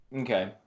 Okay